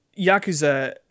Yakuza